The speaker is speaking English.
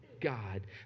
god